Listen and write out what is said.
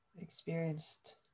experienced